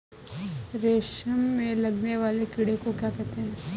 रेशम में लगने वाले कीड़े को क्या कहते हैं?